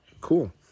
Cool